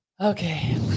okay